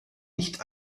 nicht